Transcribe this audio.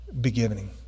beginning